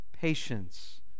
patience